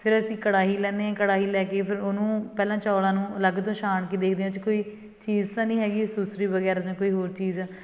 ਫਿਰ ਅਸੀਂ ਕੜਾਹੀ ਲੈਂਦੇ ਹਾਂ ਕੜਾਹੀ ਲੈ ਕੇ ਫਿਰ ਉਹਨੂੰ ਪਹਿਲਾਂ ਚੌਲਾਂ ਨੂੰ ਅਲੱਗ ਤੋਂ ਛਾਣ ਕੇ ਦੇਖਦੇ ਹਾਂ ਉਹ 'ਚ ਕੋਈ ਚੀਜ਼ ਤਾਂ ਨਹੀਂ ਹੈਗੀ ਸੂਸਰੀ ਵਗੈਰਾ ਜਾਂ ਕੋਈ ਹੋਰ ਚੀਜ਼